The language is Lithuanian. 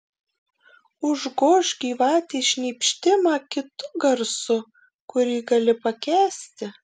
užgožk gyvatės šnypštimą kitu garsu kurį gali pakęsti